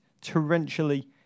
torrentially